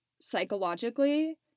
psychologically